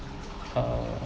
uh